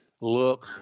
look